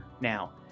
now